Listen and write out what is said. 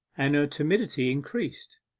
and her timidity increased.